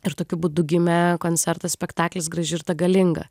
ir tokiu būdu gimė koncertas spektaklis graži ir ta galinga